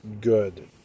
good